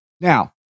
Now